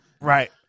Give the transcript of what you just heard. Right